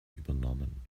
übernommen